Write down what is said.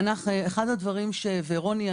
רוני,